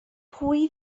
pwy